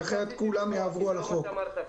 כי אחרת כולם יעברו על החוק.